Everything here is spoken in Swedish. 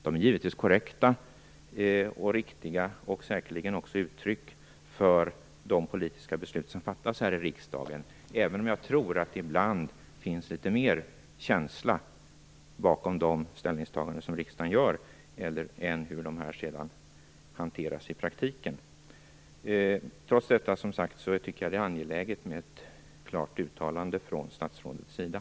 De är givetvis korrekta och riktiga och säkerligen också uttryck för de politiska beslut som fattats här i riksdagen, även om jag tror att det ibland finns litet mer av känsla bakom de ställningstaganden som riksdagen gör än i den senare hanteringen av dem i praktiken. Trots detta tycker jag, som sagt, att det är angeläget med ett klart uttalande från statsrådets sida.